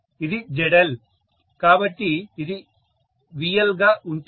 ఇది ZL కాబట్టి ఇది VL గా ఉంటుంది